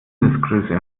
mindestgröße